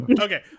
Okay